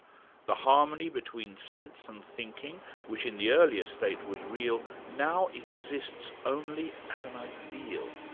the harmony between sense and thinking, which in the earlier state was real, now exists only as an ideal.